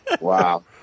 Wow